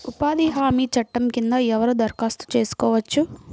ఉపాధి హామీ చట్టం కింద ఎవరు దరఖాస్తు చేసుకోవచ్చు?